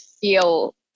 feel